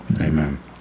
amen